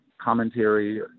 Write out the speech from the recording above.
commentary